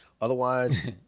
Otherwise